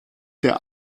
der